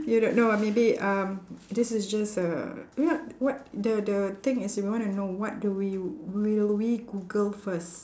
you don't know ah maybe um this is just a what what the the thing is you want to know what do we you will we google first